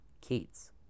Keats